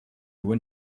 when